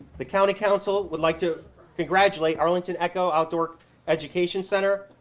the county council would like to congratulate arlington echo outdoor education center.